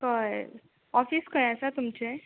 कळ्ळें ऑफीस खंय आसा तुमचें